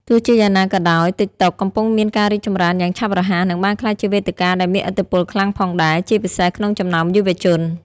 ទោះជាយ៉ាងណាក៏ដោយ ទីកតុ កំពុងមានការរីកចម្រើនយ៉ាងឆាប់រហ័ស និងបានក្លាយជាវេទិកាដែលមានឥទ្ធិពលខ្លាំងផងដែរ ជាពិសេសក្នុងចំណោមយុវជន។